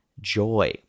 joy